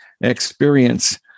experience